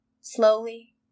slowly